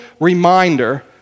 reminder